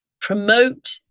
promote